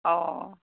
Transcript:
অঁ